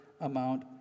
amount